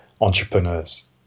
entrepreneurs